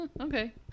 okay